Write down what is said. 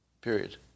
Period